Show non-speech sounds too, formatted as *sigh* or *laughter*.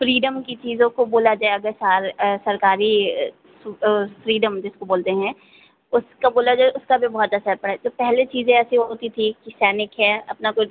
freedom की चीज़ों को बोला जाए *unintelligible* सरकारी फ़्रीडम जिसको बोलते हैं उसका बोला जाए उसका भी बहुत असर पड़ा है जो पहले चीज़ें ऐसी होती थी कि सैनिक है अपना खुद